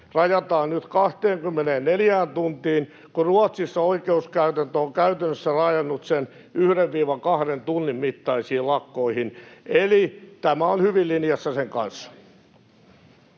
rajataan nyt 24 tuntiin, kun Ruotsissa oikeuskäytäntö on käytännössä rajannut sen 1—2 tunnin mittaisiin lakkoihin. Eli tämä on hyvin linjassa sen kanssa.